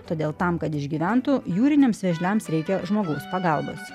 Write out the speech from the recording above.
todėl tam kad išgyventų jūriniams vėžliams reikia žmogaus pagalbos